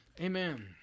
Amen